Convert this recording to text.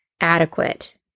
adequate